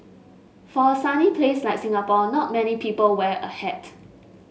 for a sunny place like Singapore not many people wear a hat